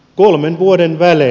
kolmen vuoden välein